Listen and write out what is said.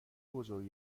بزرگ